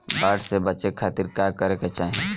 बाढ़ से बचे खातिर का करे के चाहीं?